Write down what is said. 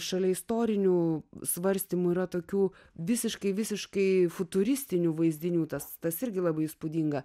šalia istorinių svarstymų yra tokių visiškai visiškai futuristinių vaizdinių tas tas irgi labai įspūdinga